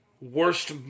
worst